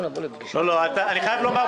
זה